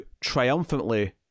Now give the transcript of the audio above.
triumphantly